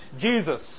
Jesus